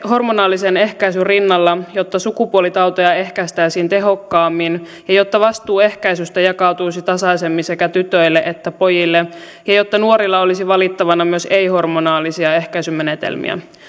hormonaalisen ehkäisyn rinnalla jotta sukupuolitauteja ehkäistäisiin tehokkaammin ja jotta vastuu ehkäisystä jakautuisi tasaisemmin sekä tytöille että pojille ja jotta nuorilla olisi valittavana myös ei hormonaalisia ehkäisymenetelmiä